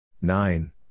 Nine